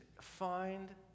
find